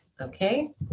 okay